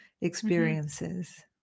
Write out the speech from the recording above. experiences